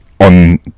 on